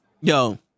Yo